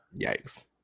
yikes